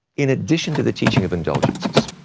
in addition to the teaching of indulgences,